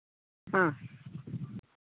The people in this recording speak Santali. ᱦᱮᱸ